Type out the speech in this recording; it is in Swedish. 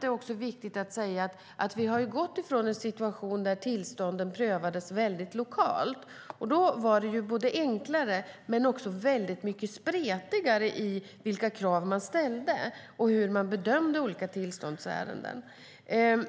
Det är viktigt att säga att vi har gått från en situation där tillstånden prövades mycket lokalt. Då var det enklare men också mycket spretigare i fråga om vilka krav som ställdes och hur olika tillståndsärenden bedömdes.